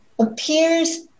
appears